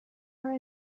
are